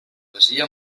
masia